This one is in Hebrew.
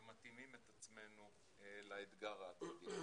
ומתאימים את עצמנו לאתגר העתידי.